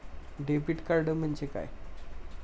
Debit card म्हणजे काय?